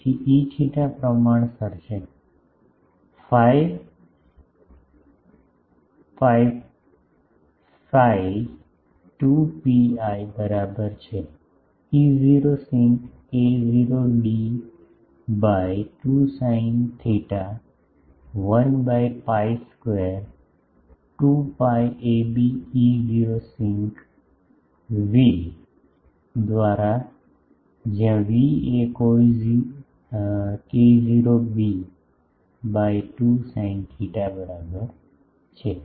તેથી Eθ પ્રમાણસર છે ફાય પાપ ફી 2 પીઆઈ બરાબર છે E0 સિંક કે0 d by 2 sin theta 1 by pi square 2 pi a b E0 sinc v દ્વારા જ્યાં v a k0 b by 2 sine theta બરાબર છે